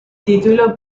título